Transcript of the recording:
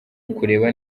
ukureba